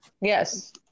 yes